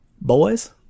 boys